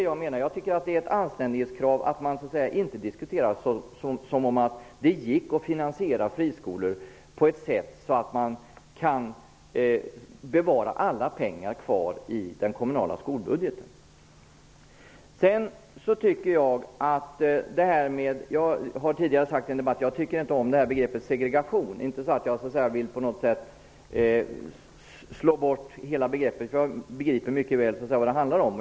Jag tycker att det är ett anständighetskrav att man inte diskuterar som om det gick att finansiera friskolor på det sättet att alla pengar kan bevaras i den kommunala skolbudgeten. Jag har tidigare i en debatt sagt att jag inte tycker om begreppet segregation. Det är inte så att jag vill slå bort hela begreppet -- jag begriper mycket väl vad det handlar om.